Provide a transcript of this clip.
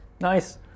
Nice